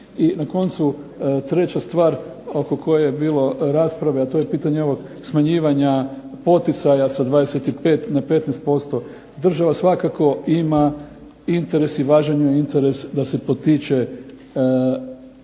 I na koncu, treća stvar oko koje je bilo rasprave, a to je pitanje ovog smanjivanja poticaja sa 25 na 15%. Država svakako ima interes i važan je interes da se potiče